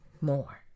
more